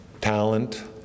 talent